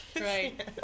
right